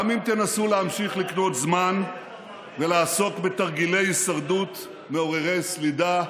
גם אם תנסו להמשיך לקנות זמן ולעסוק בתרגילי הישרדות מעוררי סלידה,